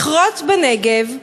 מכרות בנגב,